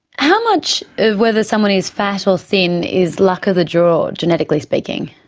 how much of whether someone is fat or thin is luck of the draw, genetically speaking?